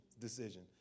decision